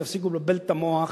תפסיקו לבלבל את המוח.